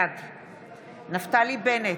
בעד נפתלי בנט,